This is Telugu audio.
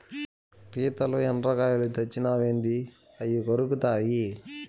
పీతలు, ఎండ్రకాయలు తెచ్చినావేంది అయ్యి కొరుకుతాయి